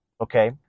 okay